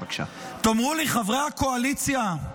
תאמרו לי, חברי הקואליציה,